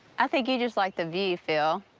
i think you just like the view, phil.